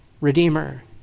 redeemer